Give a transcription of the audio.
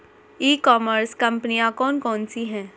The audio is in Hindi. ई कॉमर्स कंपनियाँ कौन कौन सी हैं?